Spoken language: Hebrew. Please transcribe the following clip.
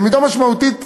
למידה משמעותית